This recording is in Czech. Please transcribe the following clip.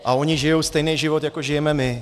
A oni žijou stejný život, jako žijeme my.